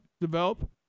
develop